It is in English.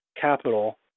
capital